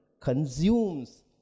consumes